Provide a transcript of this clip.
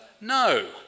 no